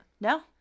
No